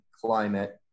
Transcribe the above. climate